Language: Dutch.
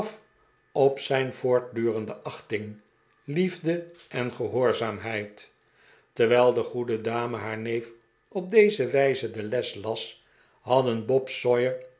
op zijn voortdurende achting liefde en gehoorzaamheid terwijl de goede dame haar neef op deze wijze de les las hadden bob